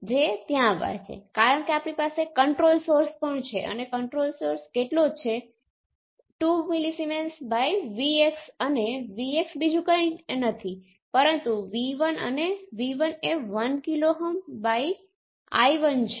પછી તેનો અર્થ એ છે કે રિવર્સ ટ્રાન્સમિશન પેરામીટર જે તમે y12 h12 અને g12 પસંદ કરો છો તે બધા 0 હશે અને આવા નેટવર્ક જ્યાં રિવર્સ ટ્રાન્સમિશન પેરામીટર 0 છે તેને યુનિલેટરલ નેટવર્ક તરીકે ઓળખવામાં આવે છે